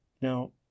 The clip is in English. Now